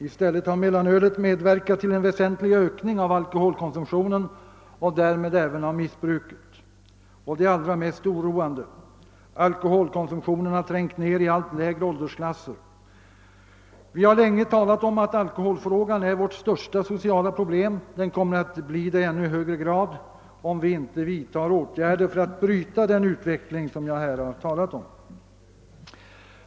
I stället har mellanölet medverkat till en väsentlig ökning av alkoholkonsumtionen och därmed även av missbruket, och det allra mest oroande är att alkoholkonsumtionen har trängt ned i allt lägre åldersklasser. Vi har länge talat om att alkoholfrågan är vårt allra största sociala problem. Den kommer att bli det i ännu högre grad, om utvecklingen inte kan brytas.